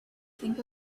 think